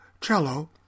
cello